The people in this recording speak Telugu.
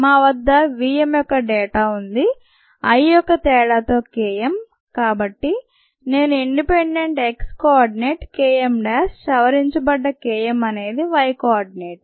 మా వద్ద Vm యొక్క డేటా ఉంది I యొక్క తేడాతో Km కాబట్టి నేనుఇండిపెండెంట్ x కో ఆర్డినేట్ Km సవరించబడ్డ Km అనేది y కో ఆర్డినేట్